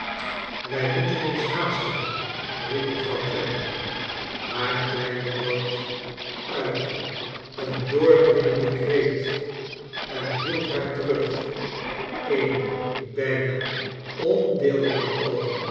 wij moeten ons haasten riep mevrouw clennam maar kleine dorrit uitte een doordringende kreet en hield haar terug een bijna ondeelbaar oogenblik